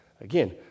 Again